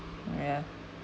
ya